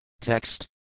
Text